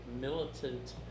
militant